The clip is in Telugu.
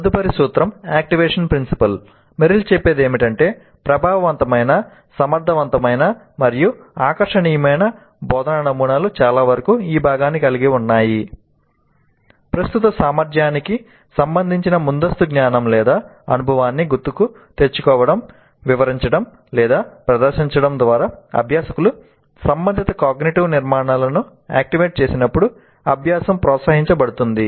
తదుపరి సూత్రం యాక్టివేషన్ ప్రిన్సిపల్ నిర్మాణాలను యాక్టివేట్ చేసినప్పుడు అభ్యాసం ప్రోత్సహించబడుతుంది